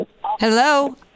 Hello